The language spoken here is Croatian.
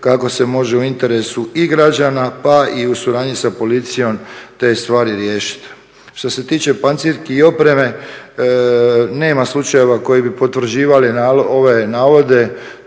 kako se može u interesu i građana pa i u suradnji sa policijom te stvari riješiti. Što se tiče pancirki i opreme, nema slučajeva koji bi potvrđivali ove navode,